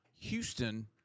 Houston